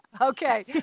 Okay